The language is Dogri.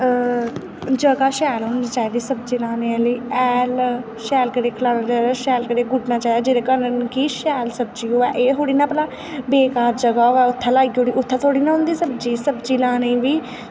जगह शैल होनी चाहिदी सब्जी लाने आह्ली हैल शैल करियै खलारना शैल करियै गुड्डना चाहिदा जेह्दै कारण कि शैल सब्जी होऐ एह् थोह्ड़ी न भला बेकार जगह होऐ उत्थै लाई ओड़ी उत्थै छोड़ी होंदी सब्जी लानें गी बी